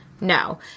No